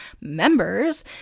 members